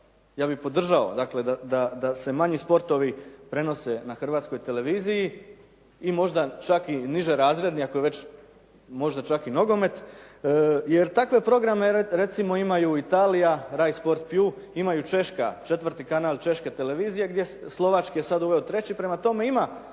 Ja bih podržao, dakle da se manji sportovi prenose na Hrvatskoj televiziji i možda čak i niže razredni ako je već, možda čak i nogomet jer takve programe recimo imaju Italija, Rai sport piu, imaju Češka, četvrti kanal češke televizije, Slovačka je sad uvela treći, prema tome ima